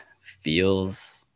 feels